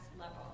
level